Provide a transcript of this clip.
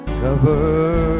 cover